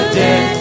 dead